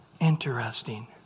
Interesting